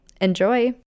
Enjoy